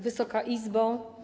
Wysoka Izbo!